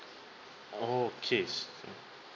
okay